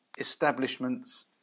establishments